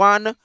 One